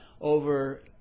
over